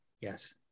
yes